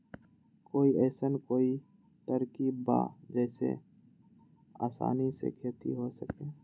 कोई अइसन कोई तरकीब बा जेसे आसानी से खेती हो सके?